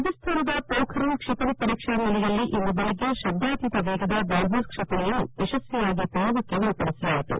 ರಾಜಸ್ಥಾನದ ಪೋಖರಣ್ ಕ್ಷಿಪಣಿ ಪರೀಕ್ಷಾ ನೆಲೆಯಲ್ಲಿ ಇಂದು ಬೆಳಿಗ್ಗೆ ಶಬ್ದಾತೀತ ವೇಗದ ಬ್ರಾಹ್ಮೀಸ್ ಕ್ಷಿಪಣೆಯನ್ನು ಯಶಸ್ಸಿಯಾಗಿ ಪ್ರಯೋಗಕ್ಕೆ ಒಳಪಡಿಸಲಾಯಿತು